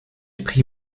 pris